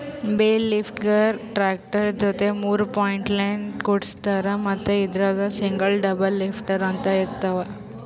bale ಲಿಫ್ಟರ್ಗಾ tractor ಜೊತಿ ಮೂರ್ ಪಾಯಿಂಟ್ಲಿನ್ತ್ ಕುಡಸಿರ್ತಾರ್ ಮತ್ತ್ ಇದ್ರಾಗ್ ಸಿಂಗಲ್ ಡಬಲ್ ಲಿಫ್ಟರ್ ಅಂತ್ ಇರ್ತವ್